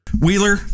Wheeler